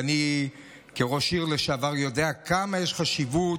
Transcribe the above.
ואני כראש עירייה לשעבר יודע כמה יש חשיבות